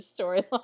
storyline